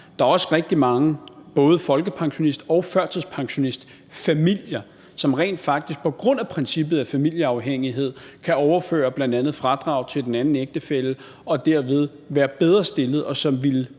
Der er også rigtig mange både folkepensionist- og førtidspensionistfamilier, som rent faktisk på grund af princippet om familieafhængighed kan overføre bl.a. fradrag til den anden ægtefælle og derved være bedre stillet, og som ville